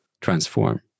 transform